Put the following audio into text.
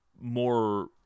more